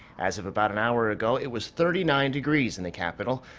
as of about an hour ago it was thirty nine degrees in the capital.